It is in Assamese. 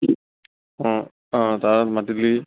অঁ অঁ